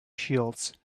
shields